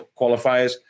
qualifiers